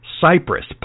Cyprus